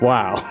Wow